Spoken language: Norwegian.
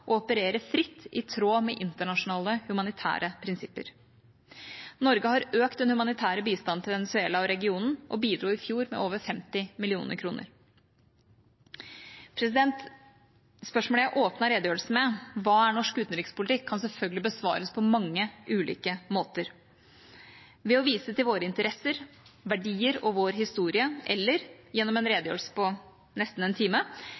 få operere fritt, i tråd med internasjonale humanitære prinsipper. Norge har økt den humanitære bistanden til Venezuela og regionen og bidro i fjor med over 50 mill. kr. Spørsmålet jeg åpnet redegjørelsen med – hva er norsk utenrikspolitikk? – kan selvfølgelig besvares på ulike måter: ved å vise til våre interesser, våre verdier og vår historie eller, gjennom en redegjørelse på nesten en time,